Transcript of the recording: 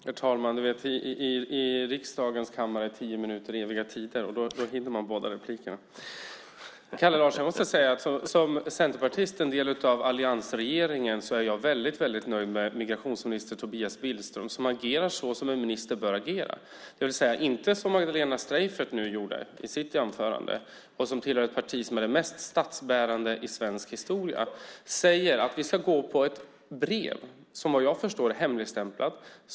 Herr talman! Jag måste säga, Kalle Larsson, att som centerpartist och en del av alliansregeringen är jag väldigt nöjd med migrationsminister Tobias Billström. Han agerar så som en minister bör agera, det vill säga inte som Magdalena Streijffert nu gjorde i sitt anförande. Hon tillhör ett parti som är det mest statsbärande i svensk historia. Hon säger nu att vi ska gå på ett brev som vad jag förstår är hemligstämplat.